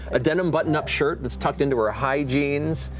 a denim button-up shirt that's tucked into her ah high jeans.